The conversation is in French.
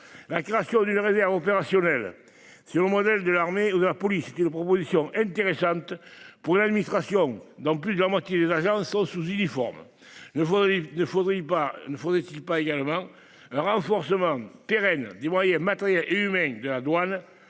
La création d'une réserve opérationnelle sur le modèle de l'armée ou de la police. C'est une proposition intéressante pour l'administration dans plus de la moitié des agents sont sous uniforme ne voit, ne faudrait-il pas, ne faudrait-il pas également un renforcement pérenne des moyens matériels et humains de la douane.